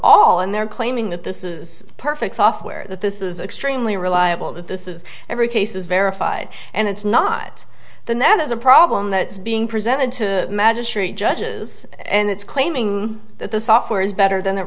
and they're claiming that this is perfect software that this is extremely reliable that this is every case is verified and it's not the net has a problem that's being presented to magistrate judges and it's claiming that the software is better than it